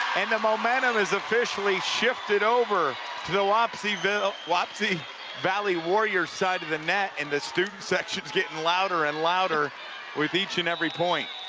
and the momentum has officially shifted over to the wapsie the wapsie valley warriors side of the net, and the student section's getting louder and louder with each and every point.